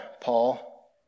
Paul